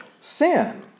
sin